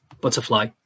butterfly